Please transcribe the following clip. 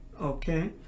okay